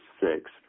six